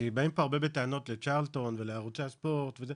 כי באים פה הרבה בטענות לצ'רלטון ולערוצי הספורט וזה.